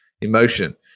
emotion